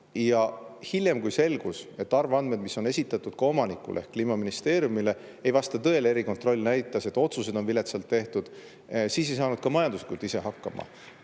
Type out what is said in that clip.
Ja hiljem, kui selgus, et arvandmed, mis on esitatud omanikule ehk Kliimaministeeriumile, ei vasta tõele, ning erikontroll näitas, et otsused on viletsalt tehtud, siis ei saanud ta ka majanduslikult ise hakkama. Eks